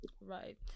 Right